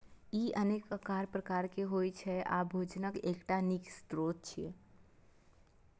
ई अनेक आकार प्रकार के होइ छै आ भोजनक एकटा नीक स्रोत छियै